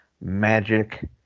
magic